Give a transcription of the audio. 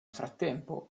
frattempo